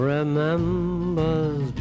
Remembers